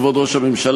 כבוד ראש הממשלה,